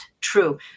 true